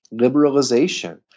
liberalization